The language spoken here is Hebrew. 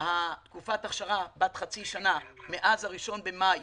תקופת הכשרה של חצי שנה, מאז 1 במאי